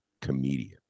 comedian